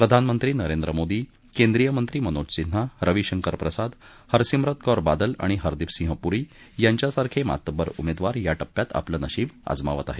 प्रधानमंत्री नरेंद्र मोदी केंद्रिय मंत्री मनोज सिन्हा रविशंकर प्रसाद हरसिम्रत कौर बादल आणि हरदीप सिंह पूरी यांच्यासारखे मातब्बर उमेदवार या टप्प्यात आपलं नशिब आजमावत आहेत